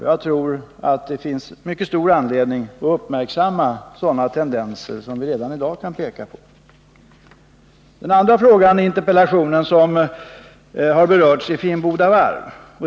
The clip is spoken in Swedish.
Jag tror att det finns mycket stor anledning att uppmärksamma sådana här tendenser, som vi redan i dag kan peka på. Den andra frågan i interpellationen som har diskuterats gäller Finnboda varv.